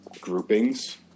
groupings